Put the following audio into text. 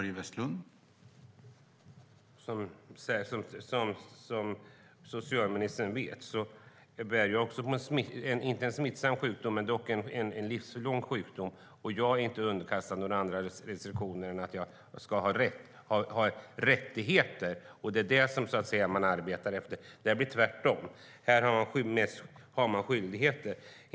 Herr talman! Som socialministern vet bär jag inte en smittsam men en livslång sjukdom. Jag är inte underkastad några restriktioner utan ska ha rättigheter. Det är det man arbetar efter. Här blir det tvärtom - här är det skyldigheter.